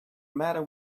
matter